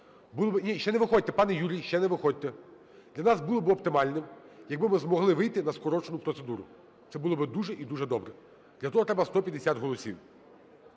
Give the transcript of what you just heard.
Ні, ще не виходьте, пане Юрій, ще не виходьте. Для нас було би оптимальним, якби ми змогли вийти на скорочену процедуру. Це було би дуже і дуже добре. Для того треба 150 голосів.